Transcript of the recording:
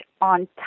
on